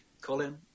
Colin